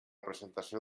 presentació